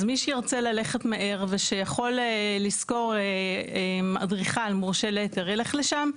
אז מי שירצה ללכת מהר ושיכול לשכור אדריכל מורשה להיתר ילך לשם,